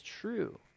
true